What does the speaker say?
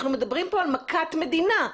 אנחנו מדברים פה על מכת מדינה,